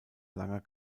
langer